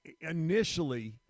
initially